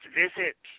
visit